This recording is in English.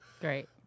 Great